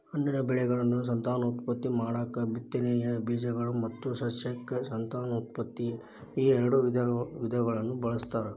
ಹಣ್ಣಿನ ಬೆಳೆಗಳನ್ನು ಸಂತಾನೋತ್ಪತ್ತಿ ಮಾಡಾಕ ಬಿತ್ತನೆಯ ಬೇಜಗಳು ಮತ್ತು ಸಸ್ಯಕ ಸಂತಾನೋತ್ಪತ್ತಿ ಈಎರಡು ವಿಧಗಳನ್ನ ಬಳಸ್ತಾರ